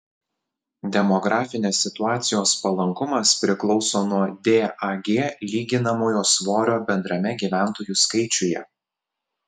demografinės situacijos palankumas priklauso nuo dag lyginamojo svorio bendrame gyventojų skaičiuje